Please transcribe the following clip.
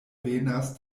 venas